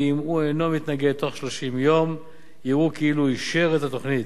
ואם הוא אינו מתנגד בתוך 30 יום יראו כאילו אישר את התוכנית,